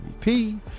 MVP